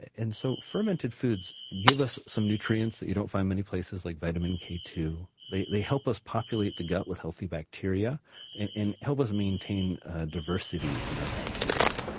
and so fermented foods give us some nutrients that you don't find many places, like vitamin k two. they they help us populate the gut with healthy bacteria and help us maintain a diversity in our bacteria.